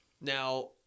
Now